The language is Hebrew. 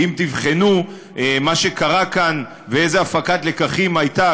ואם תבחנו מה שקרה כאן ואיזו הפקת לקחים הייתה,